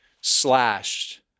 slashed